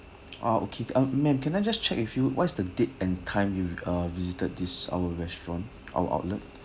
ah okay ah ma'am can I just check with you what is the date and time you've uh visited this our restaurant our outlet